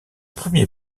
premier